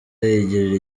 yigirira